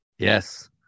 Yes